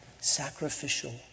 sacrificial